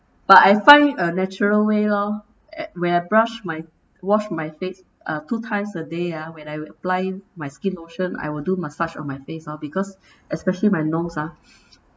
but I find a natural way lor at when I brush my wash my face uh two times a day ah when I apply my skin lotion I will do massage on my face lor because especially my nose ah